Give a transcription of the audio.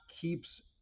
keeps